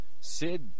Sid